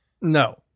No